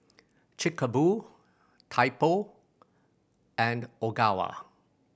Chic a Boo Typo and Ogawa